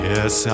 Yes